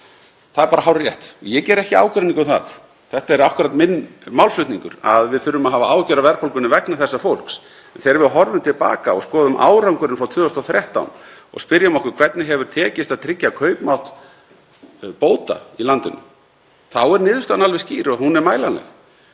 Það er hárrétt. Ég geri ekki ágreining um það. Þetta er akkúrat minn málflutningur, að við þurfum að hafa áhyggjur af verðbólgunni vegna þessa fólks. Þegar við horfum til baka og skoðum árangurinn frá 2013 og spyrjum okkur hvernig hefur tekist að tryggja kaupmátt bóta í landinu þá er niðurstaðan alveg skýr og hún er mælanleg.